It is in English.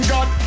God